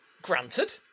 Granted